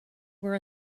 were